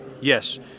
yes